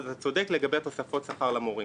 אבל אתה צודק לגבי תוספות השכר למורים.